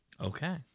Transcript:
Okay